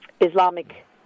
Islamic